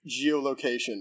geolocation